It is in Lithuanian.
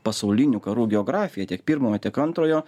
pasaulinių karų geografiją tiek pirmojo tiek antrojo